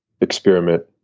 experiment